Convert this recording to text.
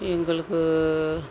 எங்களுக்கு